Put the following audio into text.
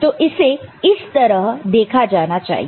तो इसे इस तरह देखा जाना चाहिए